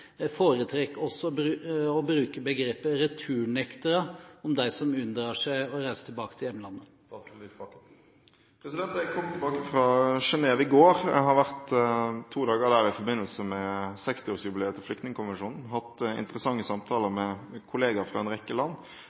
også foretrekker å bruke begrepet «returnektere» om dem som unndrar seg å reise tilbake til hjemlandet. Jeg kom tilbake fra Genève i går. Jeg har vært to dager der i forbindelse med 60-årsjubileet til Flyktningkonvensjonen og har hatt interessante samtaler med kolleger fra en rekke land,